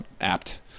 apt